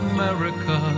America